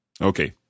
Okay